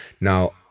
Now